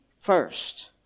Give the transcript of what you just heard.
first